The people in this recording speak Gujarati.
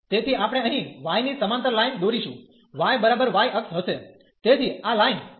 તેથી આપણે અહીં y ની સમાંતર લાઈન દોરીશું y બરાબર y અક્ષ હશે તેથી આ લાઈન છે